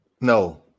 No